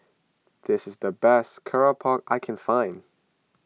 this is the best Keropok I can find